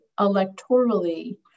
electorally